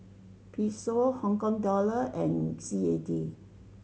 Peso Hong Kong Dollar and C A D